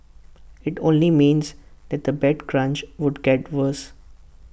IT only means that the bed crunch would get worse